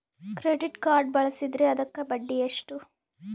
Credit card ಬಳಸಿದ್ರೇ ಅದಕ್ಕ ಬಡ್ಡಿ ಎಷ್ಟು?